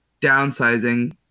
downsizing